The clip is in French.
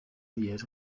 liège